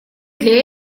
для